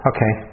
Okay